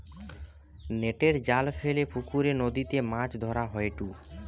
নেটের জাল ফেলে পুকরে, নদীতে মাছ ধরা হয়ঢু